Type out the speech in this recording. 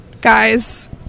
Guys